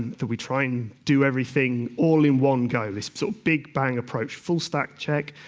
that we try and do everything all in one go, this so big-bang approach, full stack check,